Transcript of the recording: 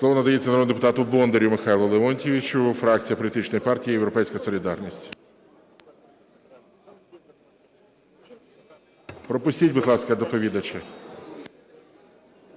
Слово надається народному депутату Бондарю Михайлу Леонтійовичу, фракція політичної партії "Європейська солідарність". Пропустіть, будь ласка, доповідача.